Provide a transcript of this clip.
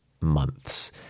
months